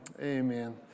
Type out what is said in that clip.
amen